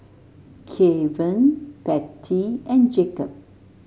Keven Bettye and Jacob